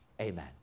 Amen